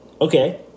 Okay